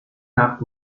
nacht